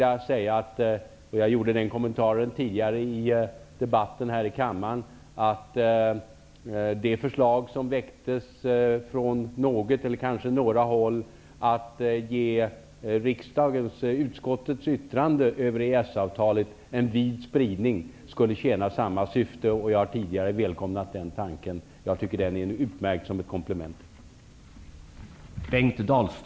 Jag nämnde redan tidigare under debatten här i kammaren att det förslag som väcktes från något eller kanske några håll om att ge utskottets yttrande över EES-avtalet en vid spridning skulle tjäna samma syfte. Jag har tidigare välkomnat den tanken. Jag tycker den är utmärkt som ett komplement.